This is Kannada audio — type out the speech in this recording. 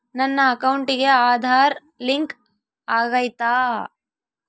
ನನ್ನ ಅಕೌಂಟಿಗೆ ಆಧಾರ್ ಲಿಂಕ್ ಆಗೈತಾ?